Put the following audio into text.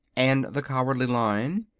and the cowardly lion?